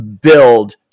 build